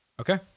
Okay